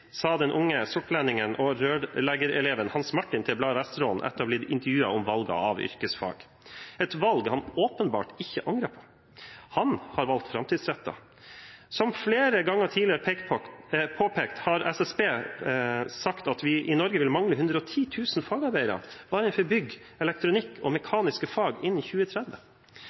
sa den unge sortlendingen og rørleggereleven Hans Martin til Bladet Vesterålen etter å ha blitt intervjuet om valget av yrkesfag – et valg han åpenbart ikke angrer på. Han har valgt framtidsrettet. Som flere ganger tidligere påpekt, har SSB sagt at vi i Norge vil mangle 110 000 fagarbeidere bare innenfor bygg, elektronikk og